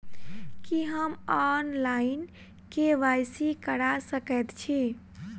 की हम online, KYC करा सकैत छी?